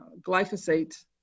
glyphosate